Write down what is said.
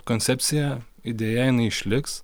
koncepcija idėja jinai išliks